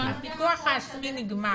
הפיקוח העצמי נגמר.